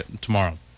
tomorrow